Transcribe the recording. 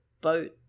boat